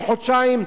עוד חודשיים.